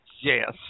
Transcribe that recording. Yes